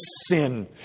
sin